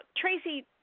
Tracy